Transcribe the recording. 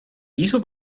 wieso